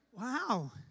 Wow